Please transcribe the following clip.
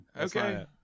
Okay